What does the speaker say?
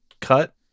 cut